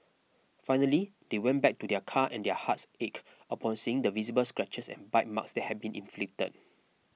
finally they went back to their car and their hearts ached upon seeing the visible scratches and bite marks that had been inflicted